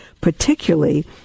particularly